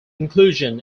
inclusion